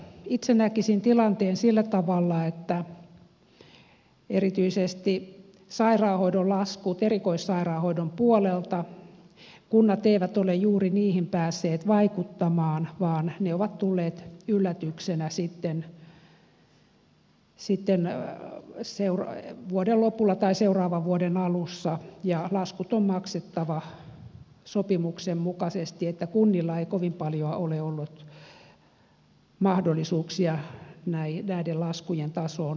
itse näkisin tilanteen sillä tavalla että erityisesti sairaanhoidon laskuihin erikoissairaanhoidon puolella kunnat eivät ole juuri päässeet vaikuttamaan vaan ne ovat tulleet yllätyksenä sitten vuoden lopulla tai seuraavan vuoden alussa ja laskut on maksettava sopimuksen mukaisesti niin että kunnilla ei kovin paljoa ole ollut mahdollisuuksia näiden laskujen tasoon vaikuttaa